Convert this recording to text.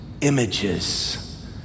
images